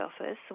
office